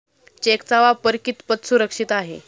चेकचा वापर कितपत सुरक्षित आहे?